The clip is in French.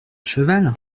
cheval